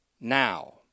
now